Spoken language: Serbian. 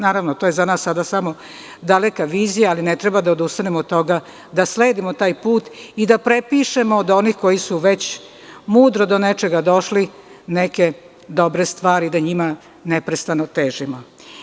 Naravno, to je za nas sada samo daleka vizija, ali ne treba da odustanemo od toga da sledimo taj put i da prepišemo od onih koji su već mudro do nečega došli, neke dobre stvari i da njima neprestano težimo.